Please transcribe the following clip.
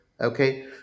okay